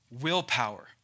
willpower